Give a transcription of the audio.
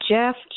Jeff